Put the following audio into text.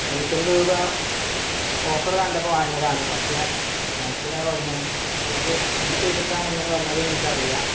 നൂറ്റൻപത് രൂപ ഓഫറ് കണ്ടപ്പോൾ വാങ്ങിയതാണ് പക്ഷേ മുഖത്ത് ഇങ്ങനെ വന്നു ഇനി ഇവര് എന്ത് ചെയ്തിട്ടാണ് ഇങ്ങനെ വന്നതെന്ന് എനിക്ക് അറിയില്ല